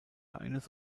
eines